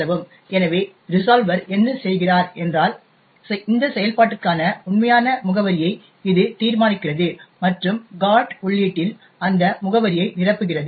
எனவே ரிசால்வர் என்ன செய்கிறார் என்றால் இந்த செயல்பாட்டிற்கான உண்மையான முகவரியை இது தீர்மானிக்கிறது மற்றும் GOT உள்ளீட்டில் அந்த முகவரியை நிரப்புகிறது